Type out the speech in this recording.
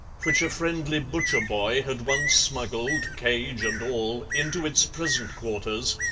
which a friendly butcher-boy had once smuggled, cage and all, into its present quarters,